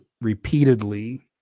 repeatedly